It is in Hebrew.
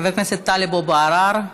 חבר הכנסת טלב אבו עראר,